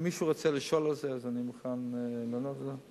אם מישהו רוצה לשאול על זה, אני מוכן לענות לו.